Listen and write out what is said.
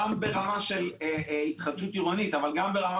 גם ברמה של התחדשות עירונית אבל גם ברמה